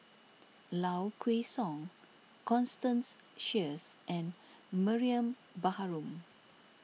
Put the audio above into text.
Low Kway Song Constance Sheares and Mariam Baharom